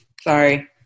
sorry